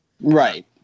Right